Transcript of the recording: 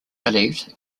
believed